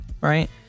right